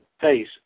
face